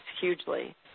hugely